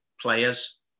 players